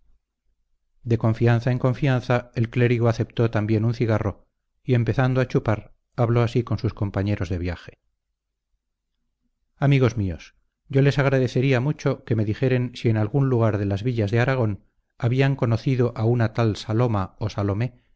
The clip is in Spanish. de confianza en confianza el clérigo aceptó también un cigarro y empezando a chupar habló así con sus compañeros de viaje amigos míos yo les agradecería mucho que me dijesen si en algún lugar de las villas de aragón habían conocido a una tal saloma o salomé